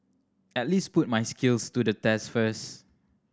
at least put my skills to the test first